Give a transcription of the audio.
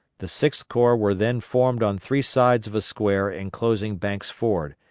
the sixth corps were then formed on three sides of a square inclosing banks' ford,